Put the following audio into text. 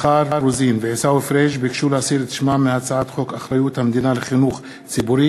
מחלות מין והימנעות מאונס,